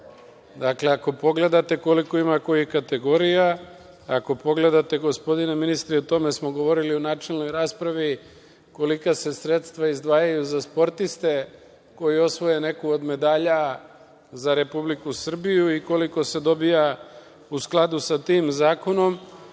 ako pogledate koliko ima kojih kategorija, ako pogledate, gospodine ministre, i o tome smo govorili u načelnoj raspravi, kolika se sredstva izdvajaju za sportiste koji osvoje neku od medalja za Republiku Srbiju i koliko se dobija u skladu sa tim zakonom,